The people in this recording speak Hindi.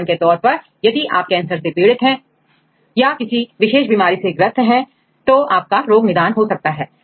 उदाहरण के तौर पर यदि आप कैंसर से पीड़ित हैं या किसी विशेष बीमारी से ग्रस्त है तो आपका रोग निदान हो सकता है